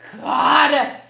God